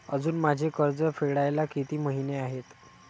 अजुन माझे कर्ज फेडायला किती महिने आहेत?